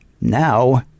Now